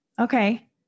Okay